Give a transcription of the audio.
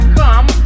come